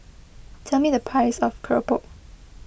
tell me the price of Keropok